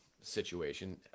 situation